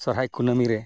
ᱥᱚᱦᱚᱨᱟᱭ ᱠᱩᱱᱟᱹᱢᱤ ᱨᱮ